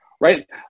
right